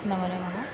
नमो नमः